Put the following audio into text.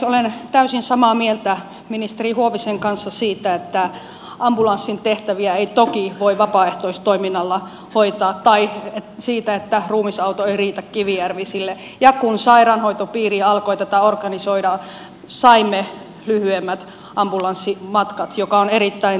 olen täysin samaa mieltä ministeri huovisen kanssa siitä että ambulanssin tehtäviä ei toki voi vapaaehtoistoiminnalla hoitaa tai siitä että ruumisauto ei riitä kivijärvisille ja kun sairaanhoitopiiri alkoi tätä organisoida saimme lyhyemmät ambulanssimatkat mikä on erittäin tervetullutta